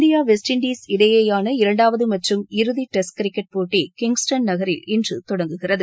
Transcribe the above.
India West Indies இடையேயான இரண்டாவது மற்றும் இறுதி டெஸ்ட் கிரிக்கெட் போட்டி கிங்ஸ்டன் நகரில் இன்று தொடங்குகிறது